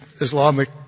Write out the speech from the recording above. Islamic